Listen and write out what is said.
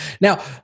Now